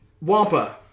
Wampa